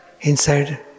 inside